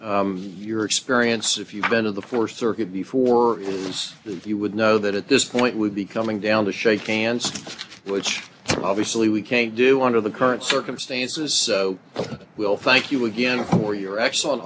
your experience if you've been to the four circuit before is that you would know that at this point we'd be coming down to shaking hands which obviously we can't do under the current circumstances so we'll thank you again for your excellent